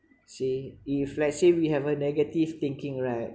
see if let's say we have a negative thinking right